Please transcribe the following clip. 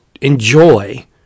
enjoy